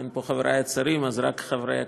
אין פה חברי השרים, אז רק חברי הכנסת,